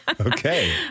Okay